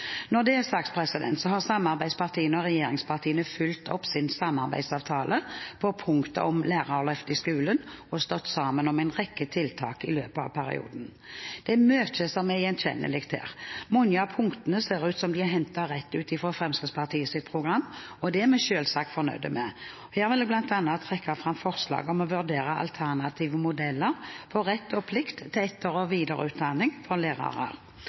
Når det er sagt, har samarbeidspartiene og regjeringspartiene fulgt opp sin samarbeidsavtale på punktet om lærerløft i skolen og stått sammen om en rekke tiltak i løpet av perioden. Det er mye som er gjenkjennelig her. Mange av punktene ser ut som de er hentet rett ut fra Fremskrittspartiets program, og det er vi selvsagt fornøyd med. Her vil jeg bl.a. trekke fram forslaget om å vurdere alternative modeller for rett og plikt til etter- og videreutdanning for lærere.